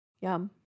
Yum